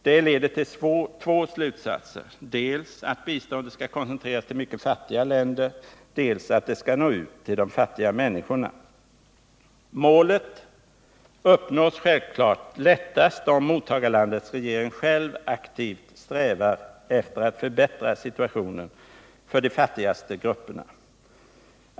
Detta leder till två slutsatser: dels att biståndet bör koncentreras till mycket fattiga länder, dels att biståndet måste nå ut till de fattiga människorna. Målen för biståndet uppnås självklart lättast om mottagarlandets regering själv aktivt strävar efter att förbättra situationen för de fattigaste grupperna.